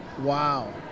Wow